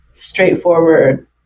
straightforward